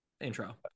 intro